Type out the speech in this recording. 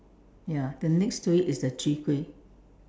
ya the next to it is the Chwee-Kueh